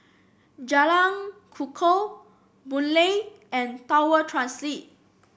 Jalan Kukoh Boon Lay and Tower Transit